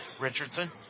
Richardson